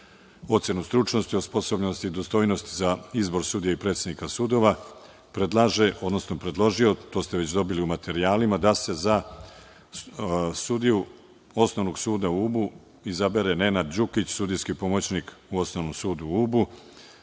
ocenu stručnosti, osposobljeno i dostojnost za izbor sudija i predsednika sudova, predložio je i to ste već dobili u materijalima, da se za sudiju Osnovnog suda u Ubu izabere Nenad Đukić, sudijski pomoćnik u Osnovnom sudu u